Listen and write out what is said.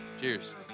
cheers